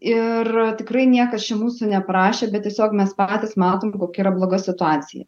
ir tikrai niekas čia mūsų neprašė bet tiesiog mes patys matom kokia yra bloga situacija